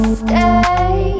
stay